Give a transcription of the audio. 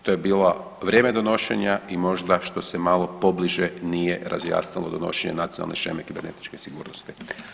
To je bilo vrijeme donošenja i možda što se malo pobliže nije razjasnilo donošenje nacionalne sheme kibernetičke sigurnosti.